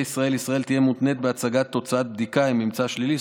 ישראל לישראל תהיה מותנית בהצגת תוצאת בדיקה עם ממצא שלילי.